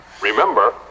Remember